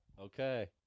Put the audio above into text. Okay